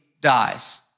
dies